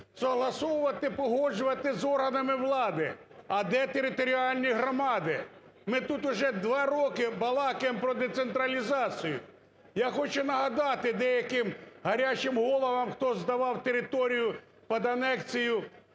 согласовувати, погоджувати з органами влади. А де територіальні громади? Ми тут уже два роки балакаємо про децентралізацію. Я хочу нагади деяким гарячим головам, хто здавав територію під анексію,